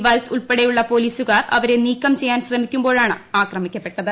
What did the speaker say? വത്സ് ഉൾപ്പെടെയുള്ള പോലീസുകാർ അവരെ നീക്കം ചെയ്യാൻ ശ്രമിക്കുമ്പോഴാണ് ആക്രമിക്കപ്പെട്ടത്